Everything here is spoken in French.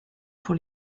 pour